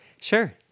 Sure